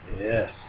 Yes